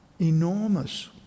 enormous